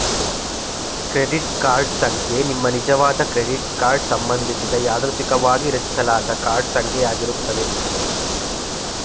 credit card ಸಂಖ್ಯೆ ನಿಮ್ಮನಿಜವಾದ credit card ಸಂಬಂಧಿಸಿದ ಯಾದೃಚ್ಛಿಕವಾಗಿ ರಚಿಸಲಾದ ಕಾರ್ಡ್ ಸಂಖ್ಯೆ ಯಾಗಿರುತ್ತೆ